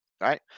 Right